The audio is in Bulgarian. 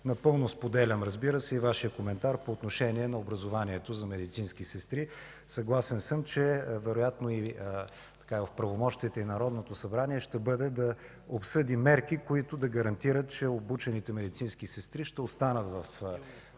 Напълно споделям, разбира се, и Вашия коментар по отношение на образованието за медицински сестри. Съгласен съм, че вероятно е в правомощията и на Народното събрание да обсъди мерки, които да гарантират, че обучените медицински сестри ще останат в